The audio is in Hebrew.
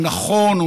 הוא נכון,